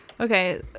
Okay